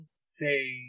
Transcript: say